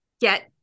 get